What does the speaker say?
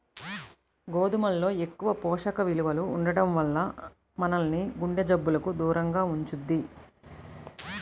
గోధుమల్లో ఎక్కువ పోషక విలువలు ఉండటం వల్ల మనల్ని గుండె జబ్బులకు దూరంగా ఉంచుద్ది